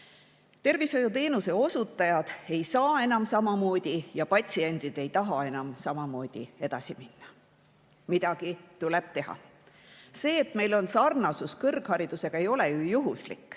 Tervishoiuteenuse osutajad ei saa enam samamoodi ja patsiendid ei taha enam samamoodi edasi minna. Midagi tuleb teha. See, et meil on sarnasus kõrgharidusega, ei ole ju juhuslik,